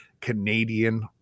Canadian